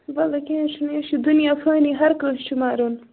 وَلےَ کیٚنٛہہ چھُ نہٕ یہِ چھُ دُنیا فٲنی ہر کٲنٛسہِ چھُ مَرُن